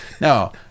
no